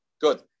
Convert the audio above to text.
Good